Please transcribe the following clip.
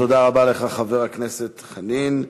תודה רבה לך, חבר הכנסת חנין.